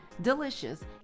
delicious